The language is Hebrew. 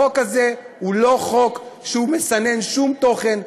החוק הזה הוא לא חוק שמסנן שום תוכן,